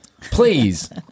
Please